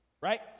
Right